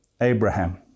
Abraham